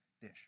dish